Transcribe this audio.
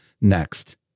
next